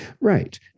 Right